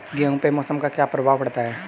गेहूँ पे मौसम का क्या प्रभाव पड़ता है?